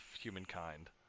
humankind